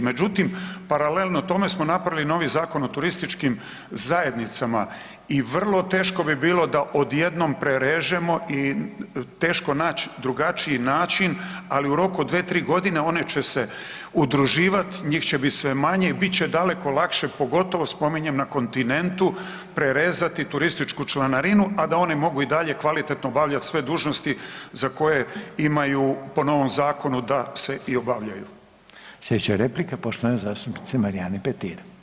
Međutim, paralelno tome smo napravili novi Zakon o turističkim zajednicama i vrlo teško bi bilo da odjednom prerežemo i teško naći drugačiji način, ali u roku od 2, 3 godine one će se udruživati, njih će biti sve manje i bit će daleko lakše pogotovo spominjem na kontinentu, prerezati turističku članarinu, a da one mogu i dalje kvalitetno obavljati sve dužnosti za koje imaju po novom zakonu da se i obavljaju.